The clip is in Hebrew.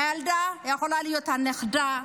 הילדה יכולה להיות הנכדה,